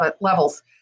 levels